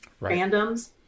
fandoms